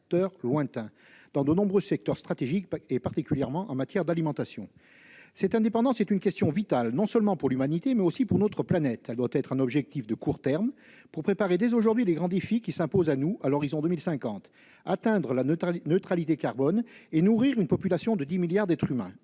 d'acteurs lointains dans de nombreux secteurs stratégiques, particulièrement en matière d'alimentation. Cette indépendance est une question vitale, non seulement pour l'humanité, mais aussi pour notre planète. Elle doit être un objectif de court terme pour préparer dès aujourd'hui les grands défis qui s'imposent à nous à l'horizon de 2050 : atteindre la neutralité carbone et nourrir une population de 10 milliards d'êtres humains